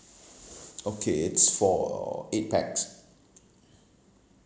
okay it's for eight pax